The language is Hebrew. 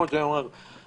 כמו שאומרים,